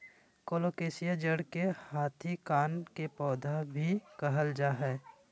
colocasia जड़ के हाथी कान के पौधा भी कहल जा हई